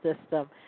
system